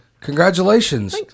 Congratulations